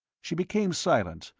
she became silent,